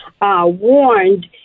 warned